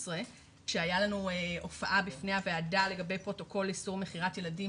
כשהייתה לנו הופעה בפני הוועדה לגבי פרוטוקול איסור מכירת ילדים,